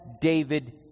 David